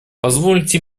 позвольте